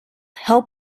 help